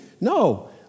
No